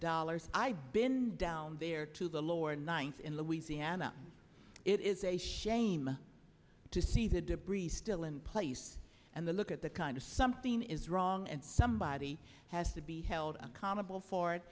dollars i've been down there to the lower ninth in louisiana it is a shame to see the debris still in place and the look at the kind of something is wrong and somebody has to be held accountable for it